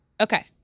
Okay